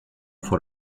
for